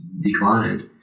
declined